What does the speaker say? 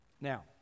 now